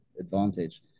advantage